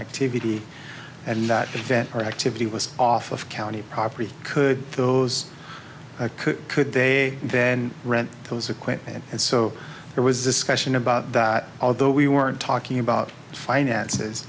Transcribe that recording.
activity and that event or activity was off of county property could those could could they then rent those equipment and so there was discussion about that although we weren't talking about finances